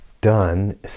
done